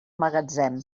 magatzem